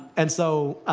and so